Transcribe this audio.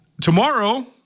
Tomorrow